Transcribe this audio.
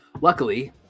Luckily